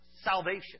Salvation